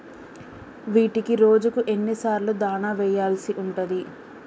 వీటికి రోజుకు ఎన్ని సార్లు దాణా వెయ్యాల్సి ఉంటది?